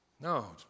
No